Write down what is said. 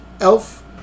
Elf